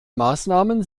maßnahmen